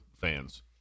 fans